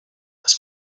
más